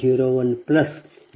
02j0